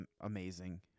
amazing